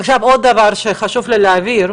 עוד דבר שחשוב לי להבהיר,